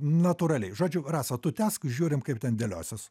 natūraliai žodžiu rasa tu tęsk žiūrim kaip ten dėliosis